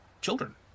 children